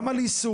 גם על יישום,